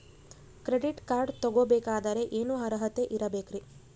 Credit card ತೊಗೋ ಬೇಕಾದರೆ ಏನು ಅರ್ಹತೆ ಇರಬೇಕ್ರಿ?